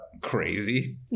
crazy